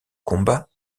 combat